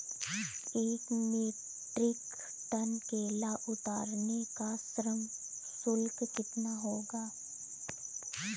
एक metric ton केला उतारने का श्रम शुल्क कितना होगा?